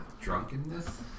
drunkenness